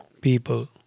people